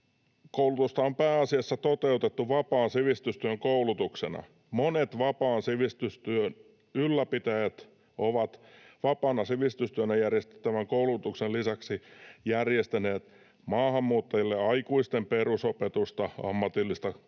koulutusta on pääasiassa toteutettu vapaan sivistystyön koulutuksena. ”Monet vapaan sivistystyön ylläpitäjät ovat, vapaana sivistystyönä järjestettävän koulutuksen lisäksi, järjestäneet maahanmuuttajille aikuisten perusopetusta, ammatillista koulutusta